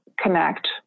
connect